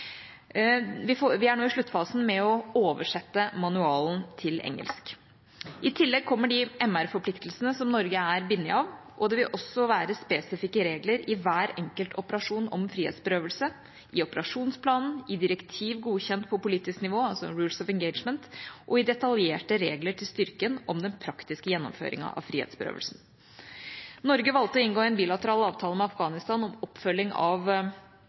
Vi er nå i sluttfasen med å oversette manualen til engelsk. I tillegg kommer de MR-forpliktelsene som Norge er bundet av, og det vil også være spesifikke regler i hver enkelt operasjon om frihetsberøvelse i operasjonsplanen, i direktiv godkjent på politisk nivå – altså Rules of Engagement – og i detaljerte regler til styrken om den praktiske gjennomføringen av frihetsberøvelse. Norge valgte å inngå en bilateral avtale med Afghanistan om oppfølging av